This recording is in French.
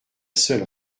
seule